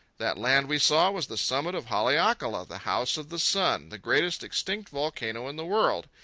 that land we saw was the summit of haleakala, the house of the sun, the greatest extinct volcano in the world.